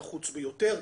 תלוי בקואליציה.